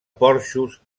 porxos